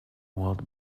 what